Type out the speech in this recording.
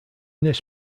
this